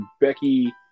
Becky